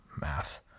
math